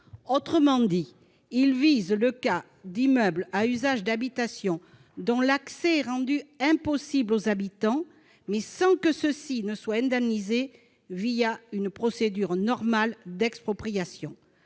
cette mesure vise le cas d'immeubles à usage d'habitation dont l'accès est rendu impossible aux habitants, sans que ceux-ci soient indemnisés une procédure normale d'expropriation.